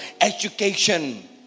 Education